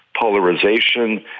polarization